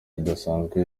bidasanzwe